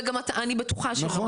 אני בטוחה שלא.